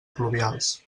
pluvials